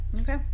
Okay